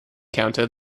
counter